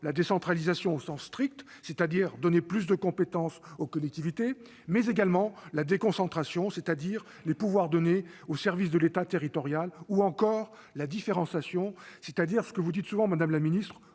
la décentralisation au sens strict, c'est-à-dire donner plus de compétences aux collectivités, mais également la déconcentration, c'est-à-dire les pouvoirs donnés aux services de l'État territorial, ou encore la différenciation, c'est-à-dire, comme vous le dites souvent, madame la ministre,